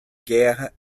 guerra